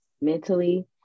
mentally